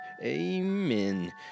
Amen